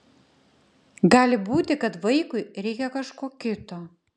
gali būti kad vaikui reikia kažko kito